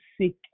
seek